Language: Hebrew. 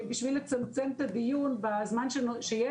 בשביל לצמצם את הדיון בזמן שיש לי,